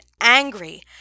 angry